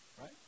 right